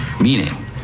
Meaning